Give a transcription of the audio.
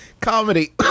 comedy